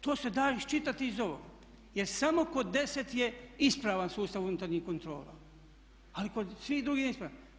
To se da iščitati iz ovoga, jer samo kod 10 je ispravan sustav unutarnjih kontrola, ali kod svih drugih je neispravan.